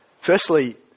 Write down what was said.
Firstly